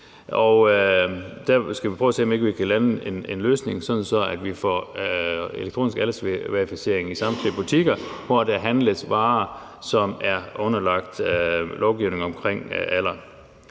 skal vi prøve at se, om vi ikke kan lande en løsning, sådan at vi får elektronisk aldersverificering i samtlige butikker, hvor der handles varer, som er underlagt lovgivning omkring alder.